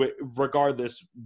regardless